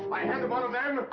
i handed one of